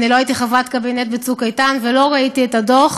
אני לא הייתי חברת קבינט ב"צוק איתן" ולא ראיתי את הדוח,